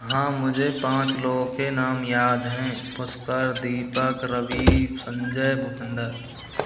हां मुझे पांच लोगों के नाम याद हैं पुष्कर दीपक रवि संजय भूपिंदर